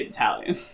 Italian